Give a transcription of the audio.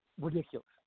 ridiculous